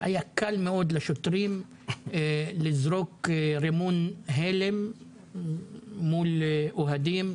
היה קל מאוד לשוטרים לזרוק רימון הלם מול אוהדים,